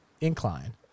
incline